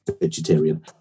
vegetarian